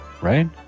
right